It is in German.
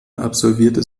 absolviert